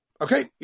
Okay